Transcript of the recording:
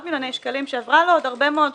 מיליוני שקלים שעברה לעוד הרבה מאוד תחומים,